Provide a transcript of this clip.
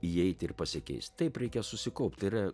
įeit ir pasikeist taip reikia susikaupt tai yra